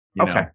Okay